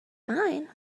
mine